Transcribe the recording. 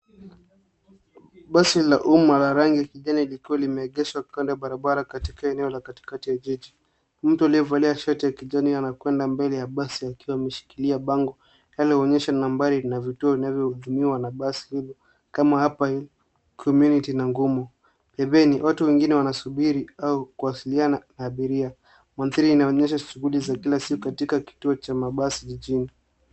Basi la umma la rangi ya kijani likiwa limeegeshwa kando ya barabara katika eneo la katikati ya jiji. Mtu aliyevalia shati ya kijani anakwenda mbele ya basi akiwa ameshikilia bango inayoonyesha nambari na vituo inavyo hudhumiwa na basi hilo kama Upper hill, Community na Ngumo. Pembeni watu wengine wanasubiri au kwasiliana na abiria. Mandharii inaonyesha shuhudi za kila siku katika kituo cha mabasi jijini.